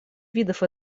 видов